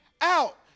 out